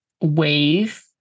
wave